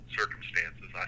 circumstances